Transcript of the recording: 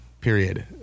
Period